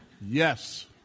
Yes